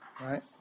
right